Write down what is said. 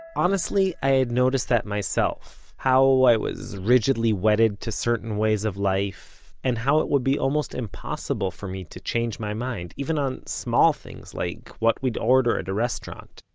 honestly, i had noticed that myself, how i was rigidly wedded to certain ways of life, and how it would be almost impossible for me to change my mind, even on small things like what we'd order at a restaurant.